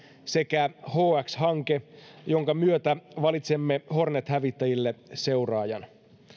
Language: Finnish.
sekä hx hanke jonka myötä valitsemme hornet hävittäjille seuraajan